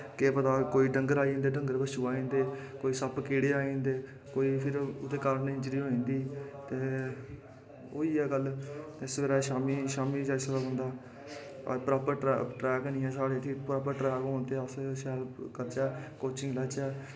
केह् पता कोई डंगर आई जंदा कोई डंगर बच्छू आई जंदे कोई सप्प कीड़े आई जंदे ओह्दे कारण इंजरी होई जंदी ते ओह् ही ऐ गल्ल सवेरै शामीं ते शामीं जिसलै बंदा प्रापर ट्रैक नेईं ऐ साढ़े प्रापर ट्रैक होन साढ़े इत्थै शैल करचै कोचिंग लैचै